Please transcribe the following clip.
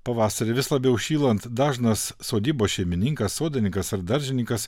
pavasarį vis labiau šylant dažnas sodybos šeimininkas sodininkas ar daržininkas